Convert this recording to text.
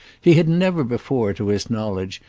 he had never before, to his knowledge,